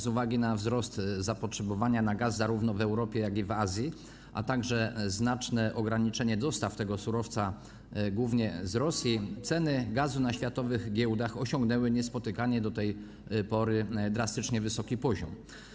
Z uwagi na wzrost zapotrzebowania na gaz zarówno w Europie, jak i w Azji, a także znaczne ograniczenie dostaw tego surowca, głównie z Rosji, ceny gazu na światowych giełdach osiągnęły niespotykany do tej pory drastycznie wysoki poziom.